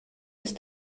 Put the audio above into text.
ist